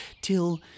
till